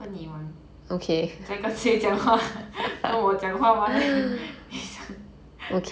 跟你玩你在跟谁讲话跟我讲话吗